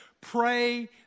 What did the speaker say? pray